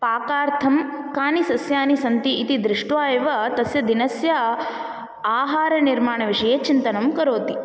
पाकार्थं कानि सस्यानि सन्ति इति दृष्ट्वा एव तस्य दिनस्य आहारनिर्माणविषये चिन्तनं करोति